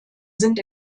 sind